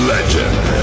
Legend